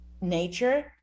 nature